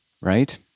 Right